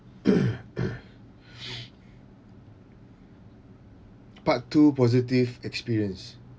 part two positive experience